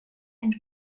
and